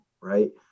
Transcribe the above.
right